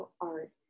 art